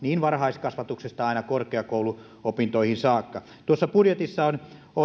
varhaiskasvatuksesta aina korkeakouluopintoihin saakka tuossa budjetissa on